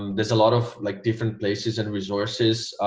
there's a lot of like different places and resources